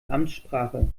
amtssprache